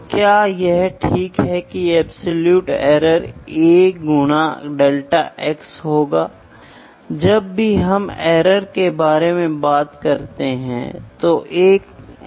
मान लीजिए अगर यह एक डायल गेज है और मेरे पास ग्रेजुएशन हैं और डायल गेज कुछ मूल्य का संकेत दे रहा है तो मुझे हमेशा यह डेटा देखना चाहिए जो सामान्य है